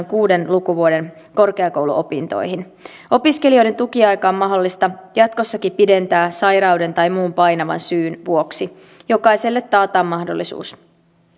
kuuden lukuvuoden korkeakouluopintoihin opiskelijoiden tukiaikaa on mahdollista jatkossakin pidentää sairauden tai muun painavan syyn vuoksi jokaiselle taataan mahdollisuus